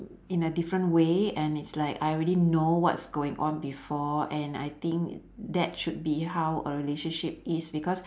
in a different way and it's like I already know what's going on before and I think that should be how a relationship is because